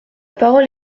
parole